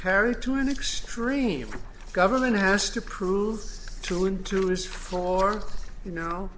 carried to an extreme government has to prove to him to list for you now